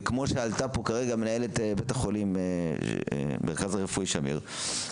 וכמו שאמרה פה מנהלת המרכז הרפואי שמיר,